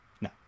No